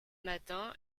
matin